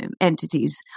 entities